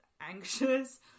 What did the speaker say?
anxious